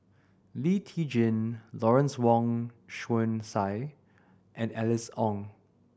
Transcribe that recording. Lee Tjin Lawrence Wong Shyun Tsai and Alice Ong